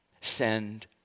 send